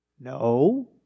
No